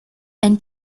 and